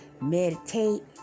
meditate